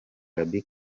gaby